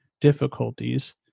difficulties